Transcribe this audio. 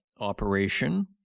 operation